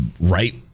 right